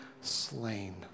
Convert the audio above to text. slain